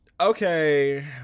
Okay